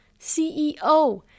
CEO